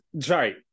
sorry